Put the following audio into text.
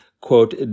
quote